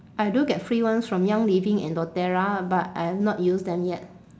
I do get free ones from young living and doTerra but I have not use them yet